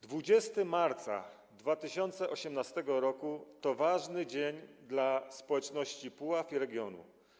20 marca 2018 r. to ważny dzień dla społeczności Puław i regionu.